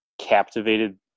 captivated